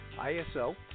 ISO